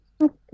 Okay